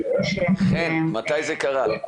מתי זה קרה?